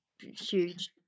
huge